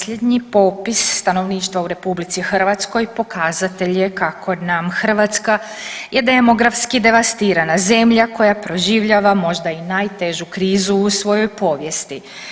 Posljednji popis stanovništva u RH pokazatelj je kako nam Hrvatska je demografski devastirana zemlja koja proživljava možda i najveću krizu u svojoj povijesti.